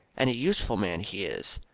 and a useful man he is.